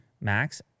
max